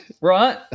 right